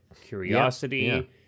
curiosity